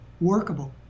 workable